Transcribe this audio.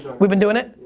we've been doing it?